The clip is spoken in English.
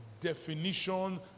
definition